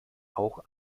auch